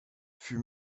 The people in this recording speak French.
fut